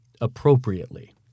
appropriately